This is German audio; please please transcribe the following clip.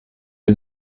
wir